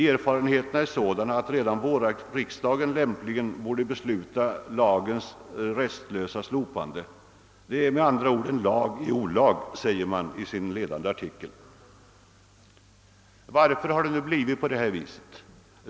Erfarenheterna är sådana, att redan vårriksdagen lämpligen borde besluta lagens restlösa slopande. Det är »en lag i olag» säger man i sin ledande artikel. Varför har det nu blivit på detta vis?